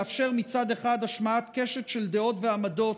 לאפשר מצד אחד השמעת קשת של דעות ועמדות